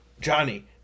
Johnny